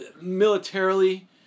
militarily